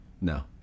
No